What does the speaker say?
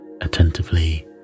attentively